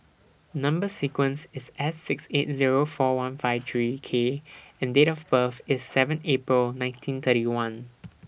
Number sequence IS S six eight Zero four one five three K and Date of birth IS seven April nineteen thirty one